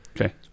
okay